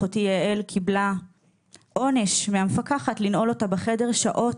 אחותי יעל קיבלה עונש מהמפקחת לנעול אותה בחדר שעות.